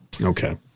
okay